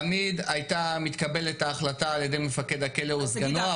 תמיד הייתה מתקבלת ההחלטה על ידי מפקד הכלא או סגנו,